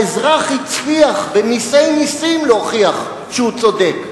האזרח הצליח בנסי-נסים להוכיח שהוא צודק,